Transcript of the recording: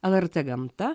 lrt gamta